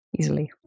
easily